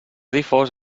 difós